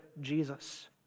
Jesus